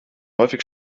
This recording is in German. häufig